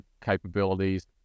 capabilities